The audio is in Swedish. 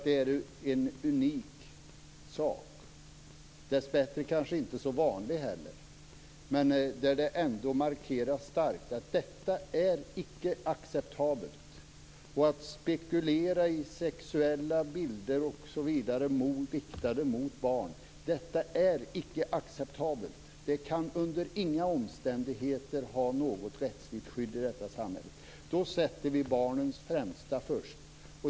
Det är en unik sak - dessbättre kanske inte så vanlig - där det markeras starkt att detta icke är acceptabelt. Att spekulera i sexuella bilder riktade mot barn är icke acceptabelt. Det kan under inga omständigheter ha något rättsligt skydd i detta samhälle. Då sätter vi barnens främsta först.